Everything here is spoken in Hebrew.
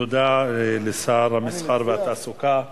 תודה לשר המסחר והתעסוקה.